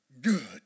good